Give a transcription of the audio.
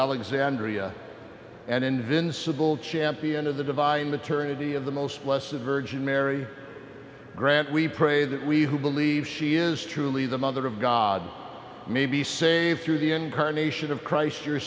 alexandria and invincible champion of the divine maternity of the most less a virgin mary grant we pray that we who believe she is truly the mother of god may be saved through the incarnation of christ your